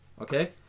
Okay